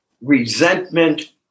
Resentment